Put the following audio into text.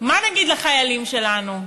מה נגיד לחיילים שלנו,